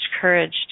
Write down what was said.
courage